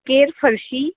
केर फरशी